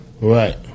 Right